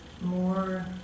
more